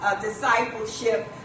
discipleship